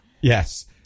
yes